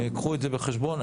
קחו את זה בחשבון.